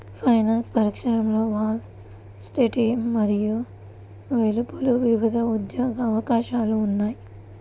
finance పరిశ్రమలో Wall స్ట్రీట్లో మరియు వెలుపల వివిధ ఉద్యోగ అవకాశాలు ఉన్నాయి